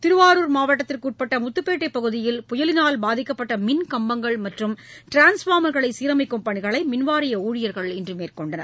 திருவாரூர் மாவட்டத்திற்கு உட்பட்ட முத்துப்பேட்டை பகுதியில் புயலினால் பாதிக்கப்பட்ட மின்கம்பங்கள் மற்றும் டிரான்ஸ்பார்மர்களை சீரமைக்கும் பணிகளை மின்வாரிய ஊழியர்கள் இன்று மேற்கொண்டனர்